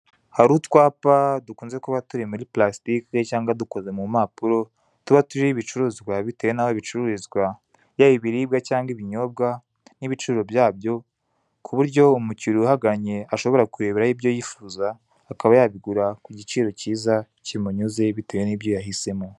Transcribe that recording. Hari utwapa dukunze kuba turi muri parasitike cyangwa dukoze mu mpapuro, tuba turiho ibicuruzwa bitewe n'aho bicururizwa, yaba ibiribwa cyangwa ibinyobwa n'ibiciro byabyo, ku buryo umukiliya uhagannye ashobora kureberaho ibyo yifuza akaba yabigura ku giciro cyiza kimunyuze bitewe n'ibyo yahisemo.